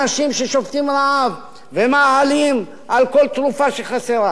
אנשים ששובתים רעב ומאהלים על כל תרופה שחסרה.